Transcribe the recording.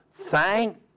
Thank